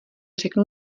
řeknu